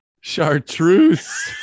Chartreuse